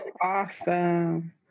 Awesome